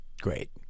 Great